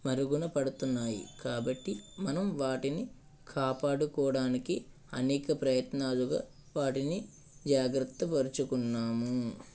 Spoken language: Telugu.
మరుగున పడుతున్నాయి కాబట్టి మనం వాటిని కాపాడుకోవడానికి అనేక ప్రయత్నాలుగా వాటిని జాగ్రత్త పరుచుకున్నాము